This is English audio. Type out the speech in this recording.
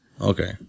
Okay